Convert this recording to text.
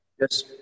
yes